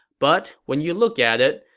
but when you look at it,